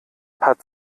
hat